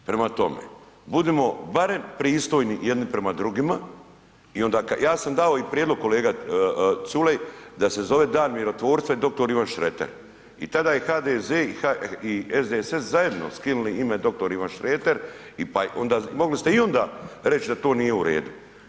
Prema tome, budimo barem pristojni jedni prema drugima i onda, ja sam dao i prijedlog, kolega Culej, da se zove Dan mirotvorstva i dr. Ivana Šreter i tada je HDZ i SDSS zajedno skinuli dr. Ivan Šreter, mogli ste i onda reć da to nije u redu.